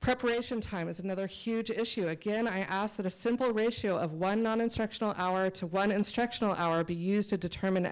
preparation time is another huge issue again i ask that a simple ratio of one non instructional hour to one instructional hour be used to determine